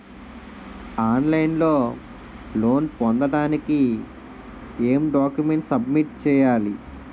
On line లో loan పొందటానికి ఎం డాక్యుమెంట్స్ సబ్మిట్ చేయాలి?